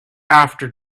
after